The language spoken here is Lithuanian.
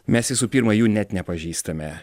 mes visų pirma jų net nepažįstame